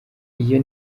iyo